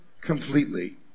completely